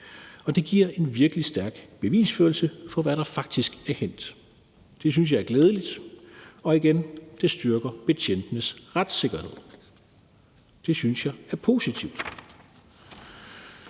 sig. Det giver en virkelig stærk bevisførelse for, hvad der faktisk er hændt. Det synes jeg er glædeligt, og igen vil jeg sige, at det styrker betjentenes retssikkerhed. Det synes jeg er positivt.